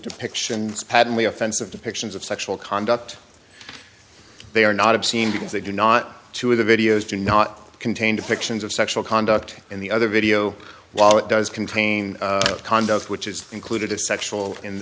depictions patently offensive depictions of sexual conduct they are not obscene because they do not to the videos do not contain depictions of sexual conduct in the other video while it does contain conduct which is included a sexual